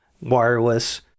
wireless